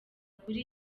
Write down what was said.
kuri